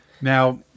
now